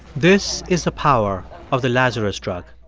this is the power of the lazarus drug.